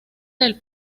del